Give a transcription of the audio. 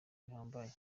bihambaye